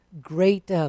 great